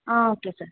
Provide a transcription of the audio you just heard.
ಹಾಂ okay sir